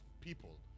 people